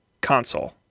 console